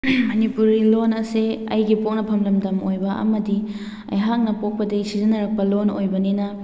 ꯃꯅꯤꯄꯨꯔꯤ ꯂꯣꯟ ꯑꯁꯤ ꯑꯩꯒꯤ ꯄꯣꯛꯅꯐꯝ ꯂꯝꯗꯝ ꯑꯣꯏꯕ ꯑꯃꯗꯤ ꯑꯩꯍꯥꯛꯅ ꯄꯣꯛꯄꯗꯒꯤ ꯁꯤꯖꯤꯟꯅꯔꯛꯄ ꯂꯣꯟ ꯑꯣꯏꯕꯅꯤꯅ